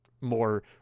more